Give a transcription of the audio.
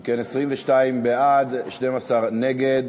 אם כן, 22 בעד, 12 נגד.